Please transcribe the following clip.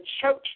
church